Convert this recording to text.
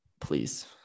Please